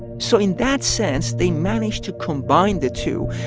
so in that sense, they managed to combine the two,